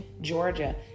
Georgia